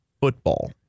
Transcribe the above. Football